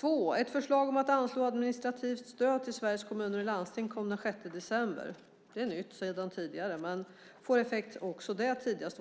Den andra är ett förslag om att anslå administrativt stöd till Sveriges Kommuner och Landsting. Detta kom den 6 december. Det är nytt, men också det får effekt tidigast våren 2008.